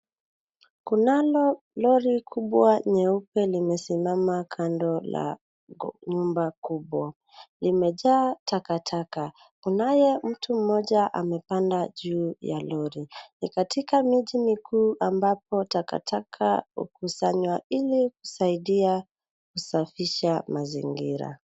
Kunalo lori kubwa nyeupe limesimama kando la nyumba kubwa, limejaa takataka. Kunaye mtu mmoja amepanda juu ya lori. Ni katika miji mikuu ambapo takataka hukusanywa ili kusaidia kusafisha mazingira.